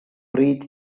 reach